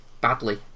badly